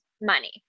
money